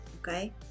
okay